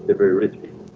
very rich